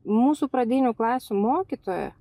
mūsų pradinių klasių mokytoja